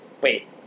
Wait